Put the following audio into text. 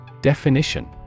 Definition